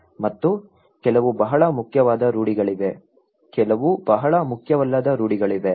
ಮತ್ತು ಕೆಲವು ಬಹಳ ಮುಖ್ಯವಾದ ರೂಢಿಗಳಾಗಿವೆ ಕೆಲವು ಬಹಳ ಮುಖ್ಯವಲ್ಲದ ರೂಢಿಗಳಾಗಿವೆ